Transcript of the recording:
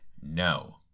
No